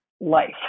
life